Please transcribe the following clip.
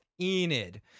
Enid